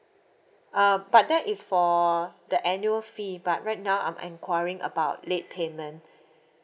uh but that is for the annual fee but right now I'm enquiring about late payment